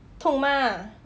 痛吗